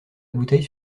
bouteille